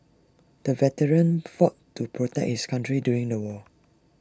the veteran fought to protect his country during the war